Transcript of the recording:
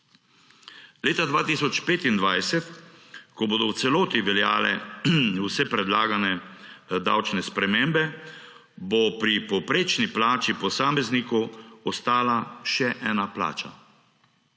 Leta 2025, ko bodo v celoti veljale vse predlagane davčne spremembe, bo pri povprečni plači posamezniku ostala še ena plača